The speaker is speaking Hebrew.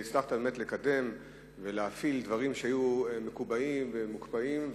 והצלחת באמת לקדם ולהפעיל דברים שהיו מקובעים ומוקפאים,